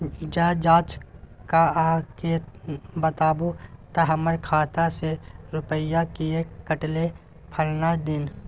ज जॉंच कअ के बताबू त हमर खाता से रुपिया किये कटले फलना दिन?